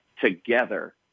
together